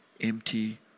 empty